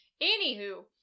Anywho